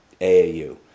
AAU